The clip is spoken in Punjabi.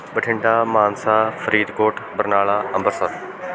ਬਠਿੰਡਾ ਮਾਨਸਾ ਫਰੀਦਕੋਟ ਬਰਨਾਲਾ ਅੰਮ੍ਰਿਤਸਰ